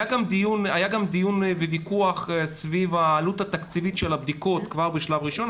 היה גם דיון וויכוח סביב העלות התקציבית של הבדיקות כבר בשלב הראשון.